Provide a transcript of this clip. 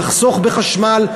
יחסוך בחשמל,